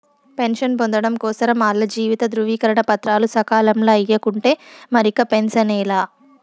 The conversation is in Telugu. పెన్షన్ పొందడం కోసరం ఆల్ల జీవిత ధృవీకరన పత్రాలు సకాలంల ఇయ్యకుంటే మరిక పెన్సనే లా